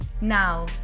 Now